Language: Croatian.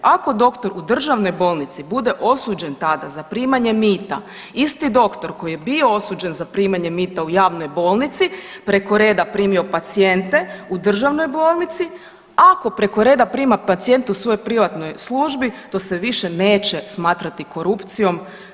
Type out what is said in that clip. Ako doktor u državnoj bolnici bude osuđen tada za primanje mita isti doktor koji je bio osuđen za primanje mita u javnoj bolnici preko reda primio pacijente u državnoj bolnici ako preko reda prima pacijente u svojoj privatnoj službi to se više neće smatrati korupcijom.